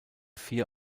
vier